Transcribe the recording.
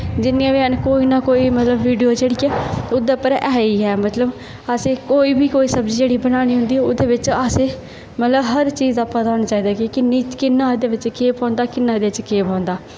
जिन्नियां बी हैन कोई ना कोई मतलब वीडियो जेह्ड़ी ऐ ओह्दे उप्पर ऐ ही ऐ मतलब असें कोई बी सब्जी जेह्ड़ी बनानी होंदी ओह्दे बिच्च असें मतलब हर चीज दा पता होना चाहिदा कि किन्नी किन्ना एहदे बिच्च केह् पौंदा किन्ना एहदे च केह् पौंदा